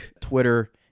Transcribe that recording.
Twitter